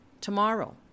tomorrow